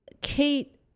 Kate